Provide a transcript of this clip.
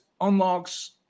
unlocks